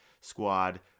squad